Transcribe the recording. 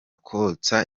kotsa